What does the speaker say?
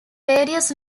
various